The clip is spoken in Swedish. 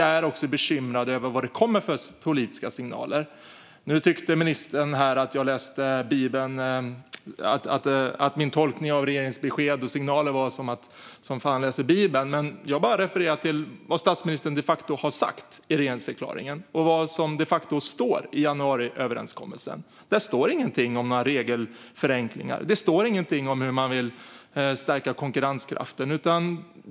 Jag är också bekymrad över de politiska signaler som kommer. Nu tyckte ministern att min tolkning av regeringens besked och signaler var som när fan läser Bibeln. Men jag refererar bara till vad statsministern de facto har sagt i regeringsförklaringen och till vad som de facto står i januariöverenskommelsen. Det står ingenting om några regelförenklingar. Det står ingenting om hur man vill stärka konkurrenskraften.